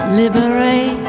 liberate